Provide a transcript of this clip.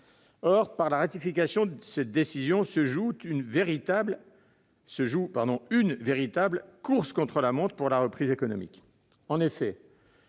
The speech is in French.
de la ratification de cette décision, se joue une véritable course contre la montre pour la reprise économique.